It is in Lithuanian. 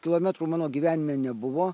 kilometrų mano gyvenime nebuvo